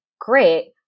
great